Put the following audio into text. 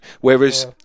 Whereas